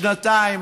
שנתיים,